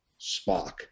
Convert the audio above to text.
Spock